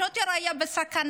השוטר היה בסכנה.